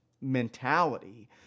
mentality